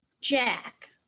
Jack